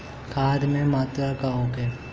खाध के मात्रा का होखे?